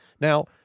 Now